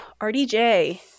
RDJ